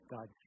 God